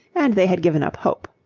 and they had given up hope.